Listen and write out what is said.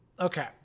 okay